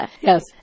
Yes